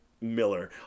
Miller